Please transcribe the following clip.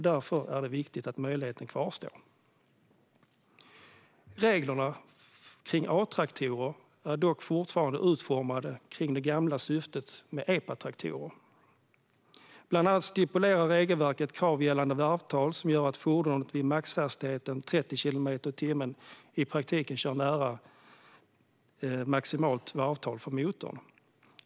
Därför är det viktigt att möjligheten kvarstår. Reglerna för A-traktorer är dock fortfarande utformade för det gamla syftet med epatraktorer. Bland annat stipulerar regelverket krav gällande varvtal som gör att fordonet vid maxhastigheten 30 kilometer i timmen i praktiken kör nära maximalt varvtal för motorn.